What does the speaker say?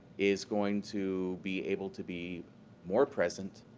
is going to be able to be more present,